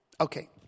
Okay